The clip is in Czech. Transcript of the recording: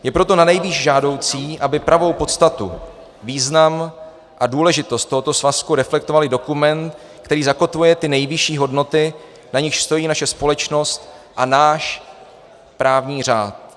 Je proto nanejvýš žádoucí, aby pravou podstatu, význam a důležitost tohoto svazku reflektoval i dokument, který zakotvuje ty nejvyšší hodnoty, na nichž stojí naše společnost a náš právní řád.